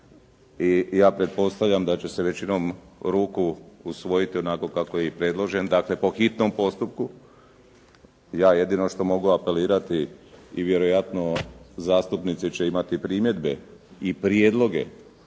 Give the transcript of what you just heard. i ja pretpostavljam da će se većinom ruku usvojiti onako kako je i predložen, dakle po hitnom postupku. Ja jedino što mogu apelirati i vjerojatno zastupnici će imati primjedbe i prijedloge